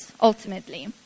ultimately